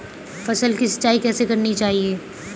फसल की सिंचाई कैसे करनी चाहिए?